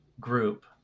group